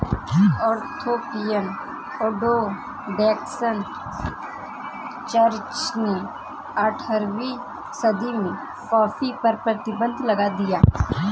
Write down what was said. Ethiopian Orthodox church ने अठारहवीं सदी में कॉफ़ी पर प्रतिबन्ध लगा दिया